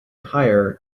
hire